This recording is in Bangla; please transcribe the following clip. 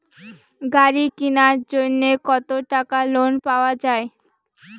গাড়ি কিনার জন্যে কতো টাকা লোন পাওয়া য়ায়?